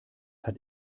hat